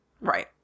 Right